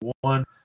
one